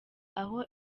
aho